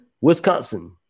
Wisconsin